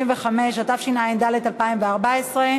135), התשע"ד 2014,